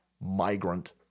migrant